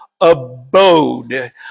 abode